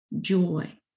joy